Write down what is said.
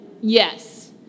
Yes